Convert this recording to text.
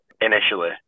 initially